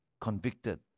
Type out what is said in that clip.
convicted